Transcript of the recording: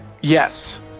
Yes